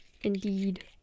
indeed